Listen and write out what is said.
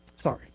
Sorry